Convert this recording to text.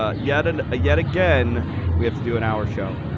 ah yet and ah yet again we have to do an hour show.